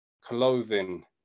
clothing